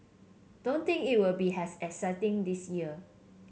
don't think it will be as exciting this year